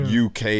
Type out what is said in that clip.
UK